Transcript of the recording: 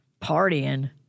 partying